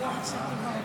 נתקבלה.